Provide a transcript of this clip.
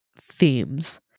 themes